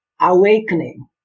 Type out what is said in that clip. awakening